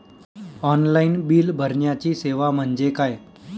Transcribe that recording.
Online bill भरण्याची सेवा म्हणजे काय?